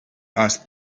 ask